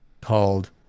called